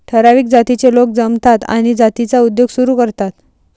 ठराविक जातीचे लोक जमतात आणि जातीचा उद्योग सुरू करतात